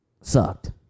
sucked